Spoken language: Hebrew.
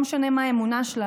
לא משנה מה האמונה שלה,